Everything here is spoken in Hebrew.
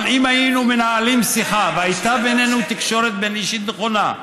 אבל אם היינו מנהלים שיחה והייתה בינינו תקשורת בין-אישית נכונה,